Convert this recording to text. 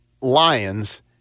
Lions